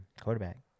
quarterback